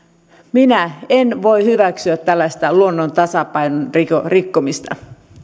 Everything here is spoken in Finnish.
minä en voi hyväksyä tällaista luonnon tasapainon rikkomista